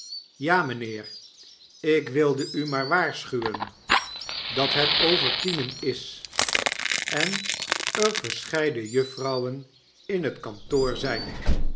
ja mynheer ik wilde u maar waarschuwen dat het over tienen is en er verscheiden jufi'rouwen in het kantoor zijn